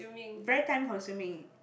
very time consuming